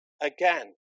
again